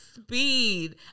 speed